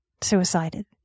suicided